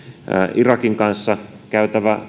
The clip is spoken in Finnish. irakin kanssa käytävä